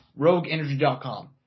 RogueEnergy.com